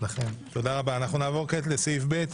נעבור כעת לסעיף ב',